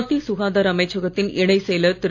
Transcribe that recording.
மத்திய சுகாதார அமைச்சகத்தின் இணைச் செயலர் திரு